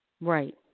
Right